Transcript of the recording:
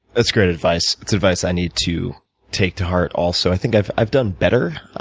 that's great advice. that's advice i need to take to heart also. i think i've i've done better.